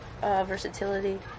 versatility